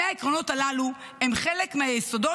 שני העקרונות הללו הם חלק מהיסודות